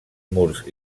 murs